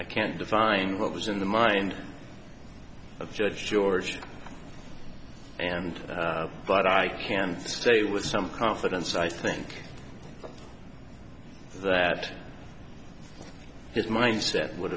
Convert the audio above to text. i can't define what was in the mind of judge george and but i can say with some confidence i think that his mindset would